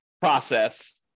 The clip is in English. process